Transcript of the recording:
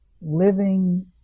living